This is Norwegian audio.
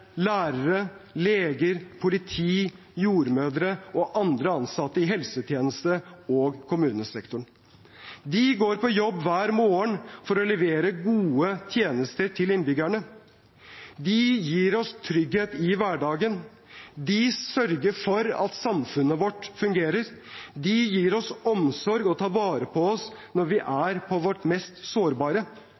lærere, leger, politi, jordmødre og andre ansatte i helsetjenesten og kommunesektoren. De går på jobb hver morgen for å levere gode tjenester til innbyggerne. De gir oss trygghet i hverdagen. De sørger for at samfunnet vårt fungerer. De gir oss omsorg og tar vare på oss når vi er på vårt mest sårbare,